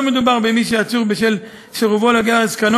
לא מדובר במי שעצור בשל סירובו לגלח את זקנו